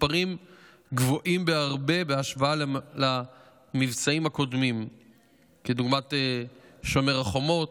מספרים גבוהים בהרבה בהשוואה למבצעים הקודמים כדוגמת שומר החומות,